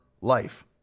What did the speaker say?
life